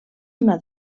una